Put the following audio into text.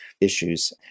issues